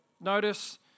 Notice